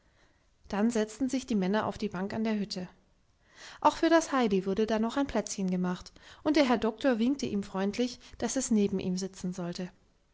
dann setzten sich die männer auf die bank an der hütte auch für das heidi wurde da noch ein plätzchen gemacht und der herr doktor winkte ihm freundlich daß es neben ihm sitzen solle